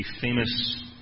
famous